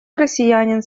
россиянин